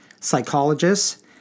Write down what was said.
psychologists